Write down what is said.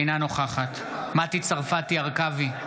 אינה נוכחת מטי צרפתי הרכבי,